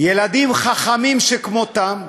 ילדים חכמים שכמותם,